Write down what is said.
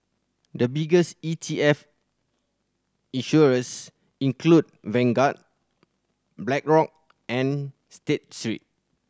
the biggest E T F issuers include Vanguard Blackrock and State Street